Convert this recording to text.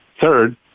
Third